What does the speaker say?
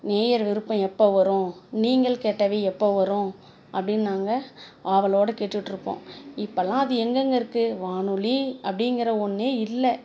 நேயர் விருப்பம் எப்போ வரும் நீங்கள் கேட்டவை எப்போ வரும் அப்படின்னு நாங்கள் ஆவலோட கேட்டுகிட்டுருப்போம் இப்போலாம் அது எங்கேங்க இருக்கு வானொலி அப்படிங்கிற ஒன்றே இல்லை